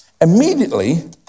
Immediately